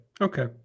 Okay